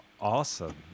awesome